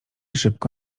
szybko